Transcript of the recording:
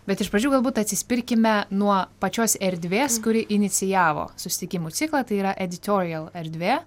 bet iš pradžių galbūt atsispirkime nuo pačios erdvės kuri inicijavo susitikimų ciklą tai yra editorial erdvė